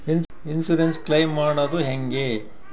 Insurance claim ಮಾಡದು ಹೆಂಗೆ?